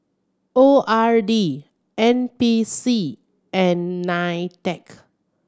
O R D N P C and NITEC